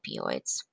opioids